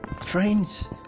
Friends